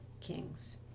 kings